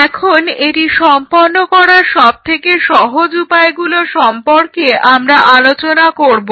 এখন এটি সম্পন্ন করার সবথেকে সহজ উপায়গুলো সম্পর্কে আমরা আলোচনা করব